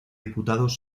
diputados